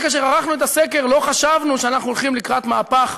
שכאשר ערכנו את הסקר לא חשבנו שאנחנו הולכים לקראת מהפך,